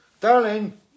darling